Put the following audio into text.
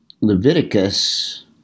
Leviticus